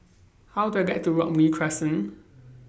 How Do I get to Robey Crescent